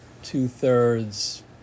two-thirds